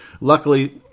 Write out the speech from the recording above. Luckily